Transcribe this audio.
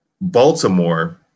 Baltimore